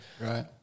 right